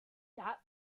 that